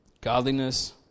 godliness